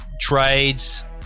trades